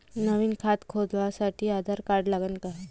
नवीन खात खोलासाठी आधार कार्ड लागन का?